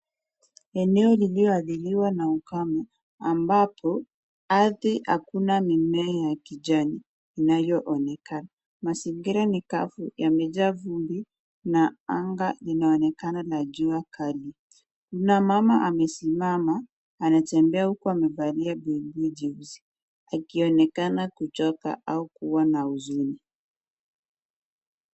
Eneo lililo athiriwa na ukame ambapo ardhi hakuna mimea ya kijani inayoonekana. Mazingira ni kavu yamejaa vumbi na anga inaonekana na jua kali. Kuna mama amesimama anatembea huku amevalia buibui jeusi akionekana kuchoka au kuwa na huzuni.